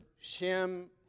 Shem